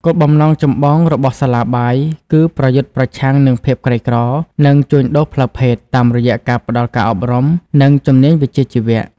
គោលបំណងចម្បងរបស់សាលាបាយគឺ ប្រយុទ្ធប្រឆាំងនឹងភាពក្រីក្រ និងជួញដូរផ្លូវភេទ តាមរយៈការផ្តល់ការអប់រំ និងជំនាញវិជ្ជាជីវៈ។